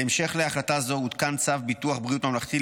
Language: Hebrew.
בהמשך להחלטה זו הותקן צו ביטוח בריאות ממלכתי,